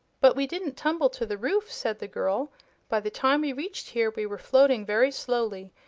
but we didn't tumble to the roof, said the girl by the time we reached here we were floating very slowly,